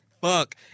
Fuck